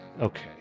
Okay